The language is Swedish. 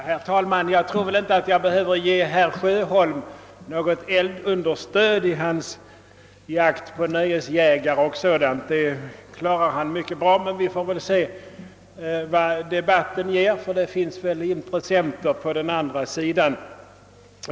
Herr talman! Jag tror inte jag behöver ge herr Sjöholm något eldunderstöd i hans jakt på nöjesjägare etc. Den saken klarar han mycket bra själv. Vi får väl se vad debatten kommer att ge, ty det finns väl intressenter också för den andra sidan.